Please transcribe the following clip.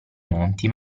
monti